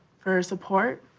for support,